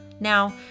Now